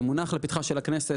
זה מונח לפתחה של הכנסת,